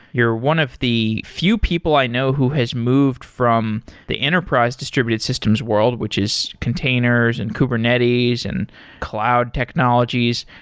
you're one of the few people i know who has moved from the enterprise distributed systems world, which is containers, and kubernetes and cloud technologies,